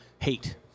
Hate